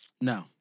No